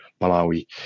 Malawi